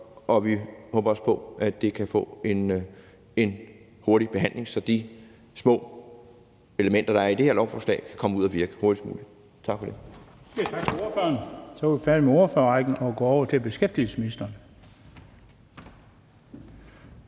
og vi håber også på, at det kan få en hurtig behandling, så de små elementer, der er i det her lovforslag, kan komme ud at virke hurtigst muligt. Tak for ordet.